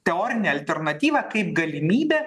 teorinę alternatyvą kaip galimybę